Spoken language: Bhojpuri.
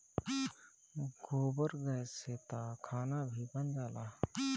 गोबर गैस से तअ खाना भी बन जाला